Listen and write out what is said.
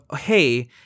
hey